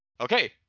Okay